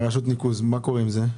מה קורה עם זה.